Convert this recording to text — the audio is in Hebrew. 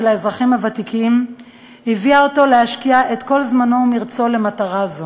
האזרחים הוותיקים הביאו אותו להשקיע את כל זמנו ומרצו למטרה זו.